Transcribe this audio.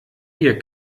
wir